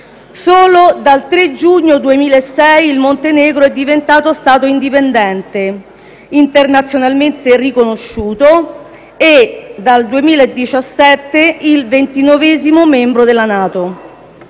Solo dal 3 giugno 2006 il Montenegro è diventato Stato indipendente, internazionalmente riconosciuto, e dal 2017 è il ventinovesimo membro della NATO,